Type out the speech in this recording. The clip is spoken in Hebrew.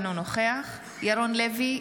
אינו נוכח ירון לוי,